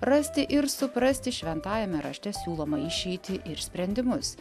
rasti ir suprasti šventajame rašte siūlomą išeitį ir sprendimus